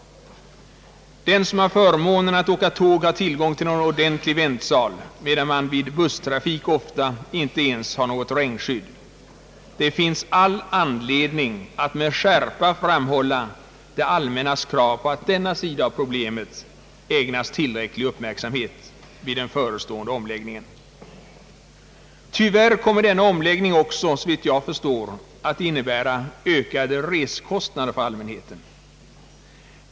Den som har förmånen att åka tåg har tillgång till en ordentlig väntsal, medan man vid busstrafik ofta inte ens har något regnskydd. Det finns all anledning att med skärpa understryka allmänhetens krav på att denna sida av problemet ägnas tillräcklig uppmärksamhet vid den förestående omläggningen. Tyvärr kommer denna omläggning också, såvitt jag förstår, att innebära ökade resekostnader för allmänheten.